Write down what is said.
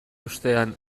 ostean